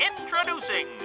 introducing